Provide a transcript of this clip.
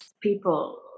people